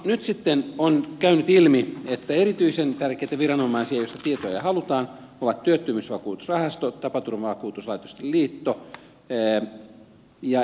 nyt sitten on käynyt ilmi että erityisen tärkeitä viranomaisia joilta tietoja halutaan ovat työttömyysvakuutusrahasto tapaturmavakuutuslaitosten liitto ja eläketurvakeskus